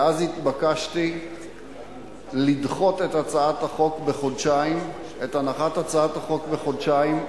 ואז התבקשתי לדחות את הנחת הצעת החוק בחודשיים,